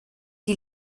die